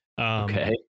Okay